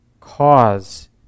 cause